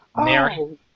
Mary